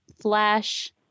Flash